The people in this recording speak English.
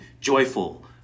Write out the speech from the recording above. joyful